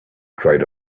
dried